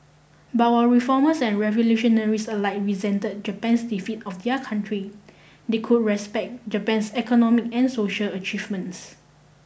but while reformers and revolutionaries alike resented Japan's defeat of their country they could respect Japan's economic and social achievements